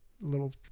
little